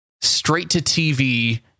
straight-to-TV